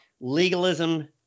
legalism